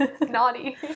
Naughty